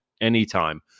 anytime